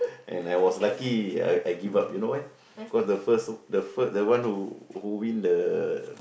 and I was lucky I I give up you know why because the first the first the one who win the